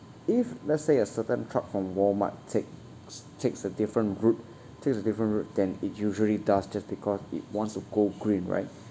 if let's say a certain truck from walmart takes takes a different route takes a different route than it usually does just because it wants to go green right